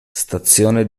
stazione